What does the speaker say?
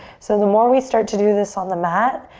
so the more we start to do this on the mat,